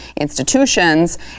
institutions